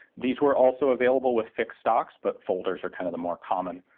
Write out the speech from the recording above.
these were also available with fixed stocks, but folders are kind of the more common,